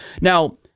now